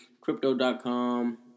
Crypto.com